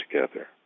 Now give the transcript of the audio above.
together